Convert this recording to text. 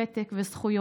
ותק וזכויות.